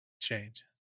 change